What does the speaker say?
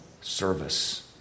service